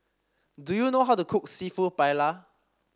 do you know how to cook seafood Paella